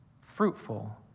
fruitful